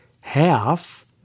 half